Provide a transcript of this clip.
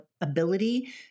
ability